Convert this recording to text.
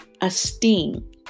esteem